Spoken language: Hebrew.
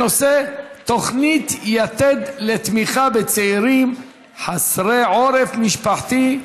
תוכנית יתד לתמיכה בצעירים חסרי עורף משפחתי,